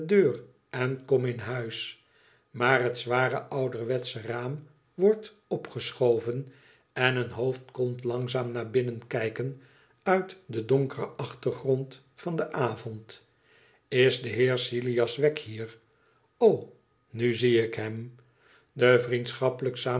en kom in huis maar het zware ouderwetsche raam wordt opgeschoven en een hoofd komt langzaam naar binnen kijken uit den donkeren achtergrond van den avond is de heer silas wegg hier o nu zie ik hem de vriendschappelijk saam